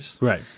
Right